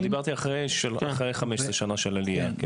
דיברתי אחרי 15 שנה של עלייה,